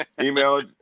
Email